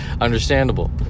Understandable